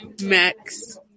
Max